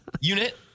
unit